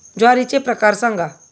ज्वारीचे प्रकार सांगा